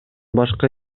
башка